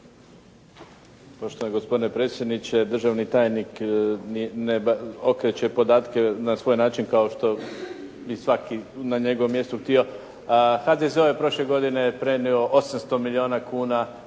HDZ je prošle godine prenio 800 milijuna kuna,